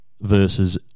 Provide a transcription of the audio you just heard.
versus